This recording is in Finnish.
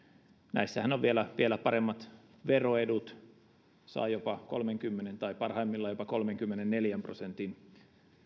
näissähän on vielä vielä paremmat veroedut saa kolmenkymmenen prosentin tai parhaimmillaan jopa kolmenkymmenenneljän prosentin